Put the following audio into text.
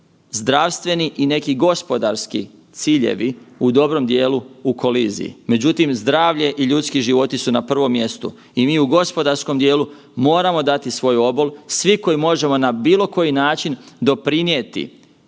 zdravstveni i neki gospodarski ciljevi u dobrom dijelu u koliziji. Međutim, zdravlje i ljudski životi su na prvom mjestu i mi u gospodarskom dijelu moramo dati svoj obol, svi koji možemo na bilo koji način doprinijeti